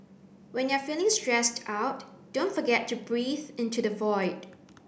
when you are feeling stressed out don't forget to breathe into the void